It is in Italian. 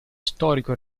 storico